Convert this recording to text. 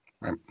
Right